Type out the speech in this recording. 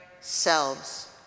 selves